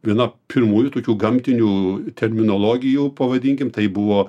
viena pirmųjų tokių gamtinių terminologijų pavadinkim tai buvo